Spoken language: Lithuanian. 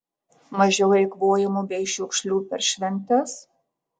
mažiau eikvojimo bei šiukšlių per šventes